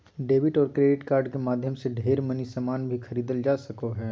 debit और credit card के माध्यम से ढेर मनी सामान भी खरीदल जा सको हय